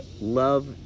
love